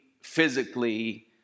physically